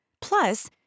Plus